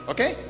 Okay